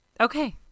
Okay